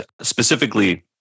specifically